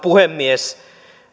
puhemies